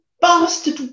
bastard